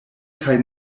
kaj